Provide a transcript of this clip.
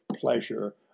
pleasure